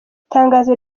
itangazo